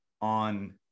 on